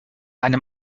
einem